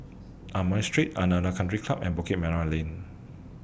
Amoy Street Aranda Country Club and Bukit Merah Lane